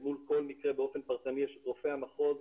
מול כול מקרה באופן פרטני של רופאי המחוז,